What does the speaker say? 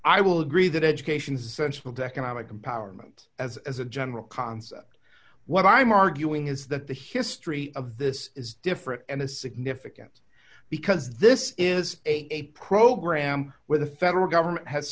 i will agree that education is essential to economic empowerment as as a general concept what i'm arguing is that the history of this is different and a significant because this is a program where the federal government has